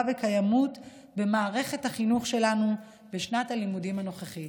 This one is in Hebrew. וקיימות במערכת החינוך שלנו בשנת הלימודים הנוכחית.